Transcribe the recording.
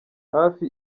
hafi